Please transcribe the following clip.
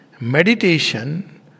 Meditation